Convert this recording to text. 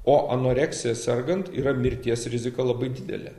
o anoreksija sergant yra mirties rizika labai didelė